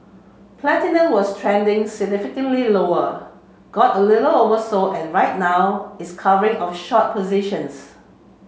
platinum was trending significantly lower got a little oversold and right now it's covering of short positions